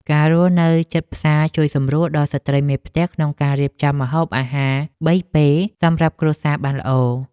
ការរស់នៅជិតផ្សារជួយសម្រួលដល់ស្ត្រីមេផ្ទះក្នុងការរៀបចំម្ហូបអាហារបីពេលសម្រាប់គ្រួសារបានល្អ។